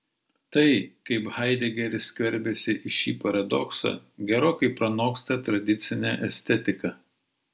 tai kaip haidegeris skverbiasi į šį paradoksą gerokai pranoksta tradicinę estetiką